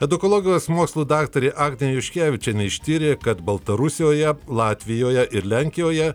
edukologijos mokslų daktarė agnė juškevičienė ištyrė kad baltarusijoje latvijoje ir lenkijoje